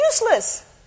Useless